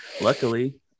luckily